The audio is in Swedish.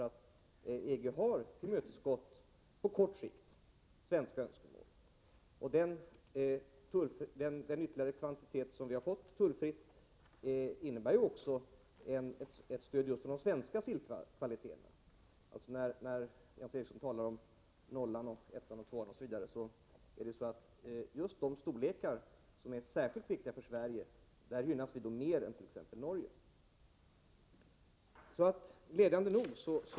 EG har tillmötesgått de svenska önskemålen på kort sikt. Den ytterligare kvot som vi har fått tullfritt innebär också ett stöd just för de svenska sillkvaliteterna. Jens Eriksson talade om nollan, ettan och tvåan. När det gäller just de storlekar som är särskilt viktiga för Sverige gynnas vi mer än t.ex. Norge.